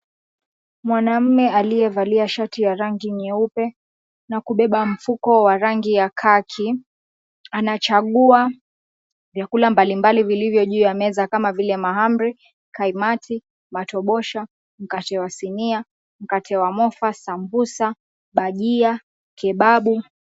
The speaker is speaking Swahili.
Mwanaume aliyevalia shati ya rangi nyeupe na kubeba mfuko wa rangi ya khaki anachagua vyakula mbalimbali vilivyo juu ya meza kama vile mahamri, kaimati, matobosha, mkate wa sinia, mkate wa mofa, sambusa, bhajia, kebabu.